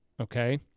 okay